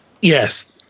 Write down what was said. Yes